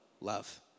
love